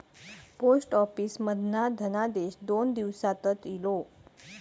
post office मधना धनादेश दोन दिवसातच इलो